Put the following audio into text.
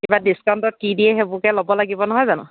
কিবা ডিচকাউন্টত কি দিয়ে সেইবোৰকে ল'ব লাগিব নহয় জানো